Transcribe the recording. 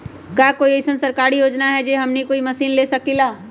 का कोई अइसन सरकारी योजना है जै से हमनी कोई मशीन ले सकीं ला?